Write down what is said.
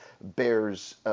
Bears